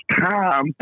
time